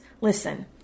Listen